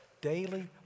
daily